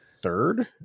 third